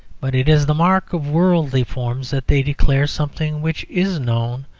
but it is the mark of worldly forms that they declare something which is known,